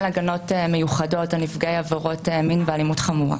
הגנות מיוחדות לנפגעי עבירות מין ואלימות חמורה.